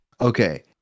Okay